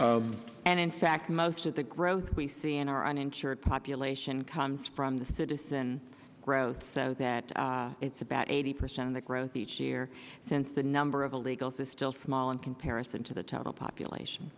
there and in fact most of the growth we see in our uninsured population comes from the citizen growth so that it's about eighty percent of the growth each year since the number of illegals the still small in comparison to the total population